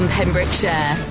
Pembrokeshire